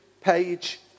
page